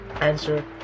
answer